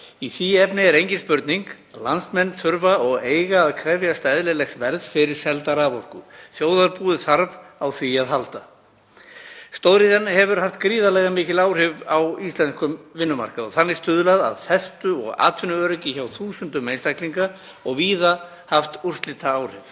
Í því efni er engin spurning að landsmenn þurfa og eiga að krefjast eðlilegs verðs fyrir selda raforku. Þjóðarbúið þarf á því að halda. Stóriðjan hefur haft gríðarlega mikil áhrif á íslenskum vinnumarkaði og þannig stuðlað að festu og atvinnuöryggi hjá þúsundum einstaklinga, og víða haft úrslitaáhrif.